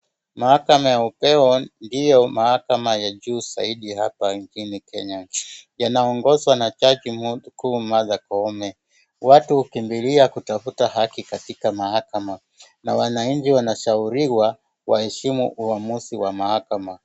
Mahakama ya upeo ndio mahakama ya juu zaidi hapa nchini Kenya. Yanaongozwa na jaji mkuu Martha Koome. Watu hukimbilia kutafuta haki katika mahakama. Na wananchi wanashauriwa waheshimu uhamuzi wa mahakama.